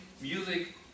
music